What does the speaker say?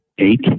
Eight